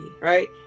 right